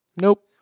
Nope